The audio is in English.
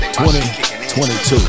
2022